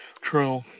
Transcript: True